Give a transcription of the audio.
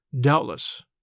Doubtless